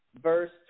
Verse